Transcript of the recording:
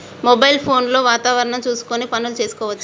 Mobile phone లో వాతావరణం చూసుకొని పనులు చేసుకోవచ్చా?